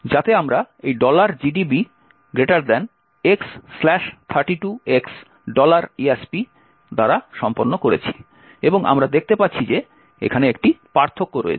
যাতে আমরা এই gdb x32x esp দ্বারা সম্পন্ন করেছি এবং আমরা দেখতে পাচ্ছি যে এখানে একটি পার্থক্য রয়েছে